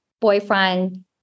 boyfriend